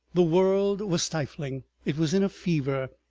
the world was stifling it was in a fever,